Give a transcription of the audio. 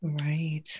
Right